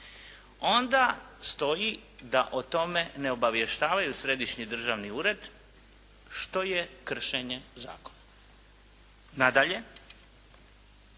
onda stoji da o tome ne obavještavaju središnji državni ured što je kršenje zakona. Nadalje,